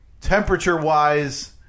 temperature-wise